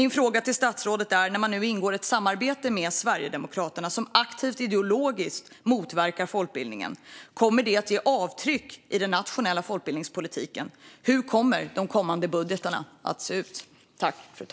När man nu ingår ett samarbete med Sverigedemokraterna som aktivt ideologiskt motverkar folkbildningen är min fråga till statsrådet om det kommer att ge avtryck i den nationella folkbildningspolitiken. Hur kommer de kommande budgetarna att se ut?